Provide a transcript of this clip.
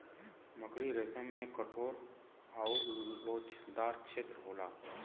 मकड़ी रेसम में कठोर आउर लोचदार छेत्र होला